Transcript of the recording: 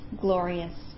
glorious